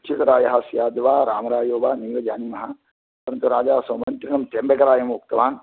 अच्युतरायः स्याद्वा रामरायो वा नैव जानीमः परन्तु राजा स्वमन्त्रिणं त्र्यम्बकरायम् उक्तवान्